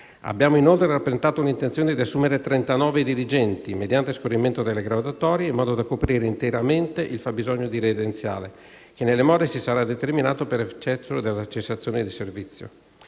Abbiamo inoltre rappresentato l'intenzione di assumere 39 dirigenti mediante scorrimento delle graduatorie, in modo da coprire interamente il fabbisogno dirigenziale che nelle more si sarà determinato per effetto della cessazione dal servizio.